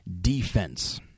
Defense